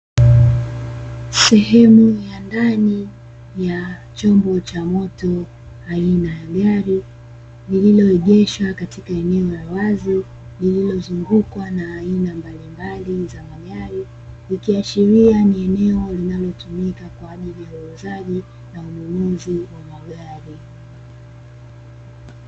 Sehemu ya ndani ya chombo cha moto aina ya gari, lililoegeshwa katika eneo la wazi lililozungukwa na aina mbalimbali za magari, ikiashiria ni eneo linalotumika kwa ajili ya uuzaji na ununuzi wa magari.